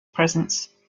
presence